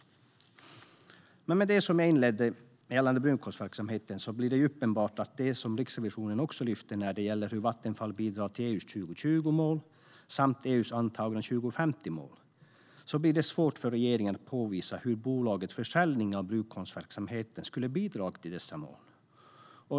Med det jag inledde med om brunkolsverksamheten och med det som Riksrevisionen lyfter upp om hur Vattenfall bidrar till EU:s 2020-mål och EU:s antagna 2050-mål blir det svårt för regeringen att påvisa hur bolagets försäljning av brunkolsverksamheten skulle bidrar till dessa mål.